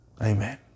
amen